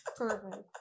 Perfect